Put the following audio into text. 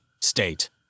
State